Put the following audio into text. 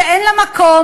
שאין לה מקום,